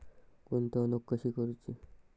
गुंतवणूक कशी करूची?